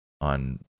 on